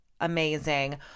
Amazing